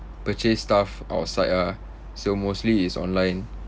purchase stuff outside ah so mostly it's online